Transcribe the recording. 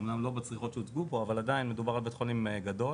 אומנם לא בצריכות שהוצגו פה אבל עדיין מדובר על בית חולים גדול.